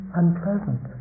unpleasant